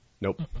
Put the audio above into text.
Nope